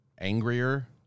angrier